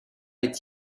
est